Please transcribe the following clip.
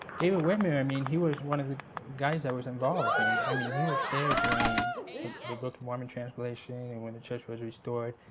david whitmer, i mean he was one of the guys that was involved. and i mean he was there during the book of mormon translation, and when the church was restored.